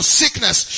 sickness